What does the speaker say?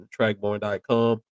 trackborn.com